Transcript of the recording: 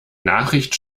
nachricht